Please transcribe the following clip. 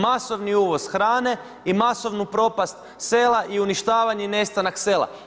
Masovni uvoz hrane i masovnu propast sela i uništavanje i nestanak sela.